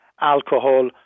alcohol